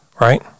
right